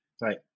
Right